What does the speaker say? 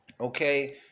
Okay